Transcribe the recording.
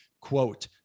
quote